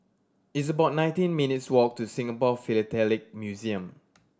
it's about nineteen minutes' walk to Singapore Philatelic Museum